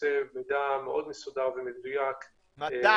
יצא מידע מאוד מסודר ומדויק -- מתי?